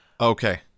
Okay